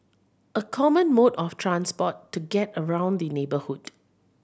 a common mode of transport to get around the neighbourhood